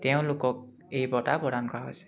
তেওঁলোকক এই বঁটা প্ৰদান কৰা হৈছে